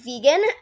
vegan